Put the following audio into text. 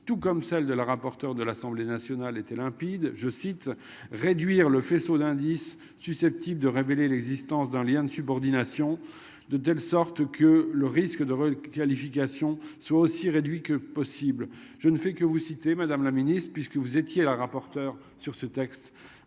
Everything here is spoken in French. tout comme celle de la rapporteur de l'Assemblée nationale était limpide, je cite, réduire le faisceau d'indices susceptibles de révéler l'existence d'un lien de subordination de telle sorte que le risque de vol qualification soit aussi réduit que possible. Je ne fais que vous citez Madame la Ministre puisque vous étiez la rapporteur sur ce texte